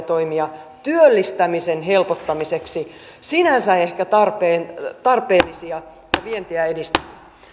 toimia työllistämisen helpottamiseksi sinänsä ehkä tarpeellisia ja vientiä edistäviä